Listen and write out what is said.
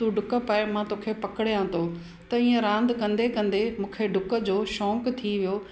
तू ॾुक पाए मां तोखे पकड़िया थो त ईअं रांदि कंदे कंदे मूंखे ॾुक जो शौंक़ु थी वियो